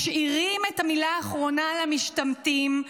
משאירים את המילה האחרונה למשתמטים,